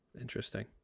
Interesting